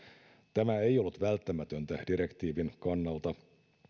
tämä ei ollut välttämätöntä direktiivin kannalta